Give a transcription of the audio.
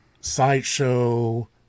sideshow